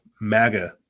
MAGA